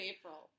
April